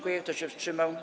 Kto się wstrzymał?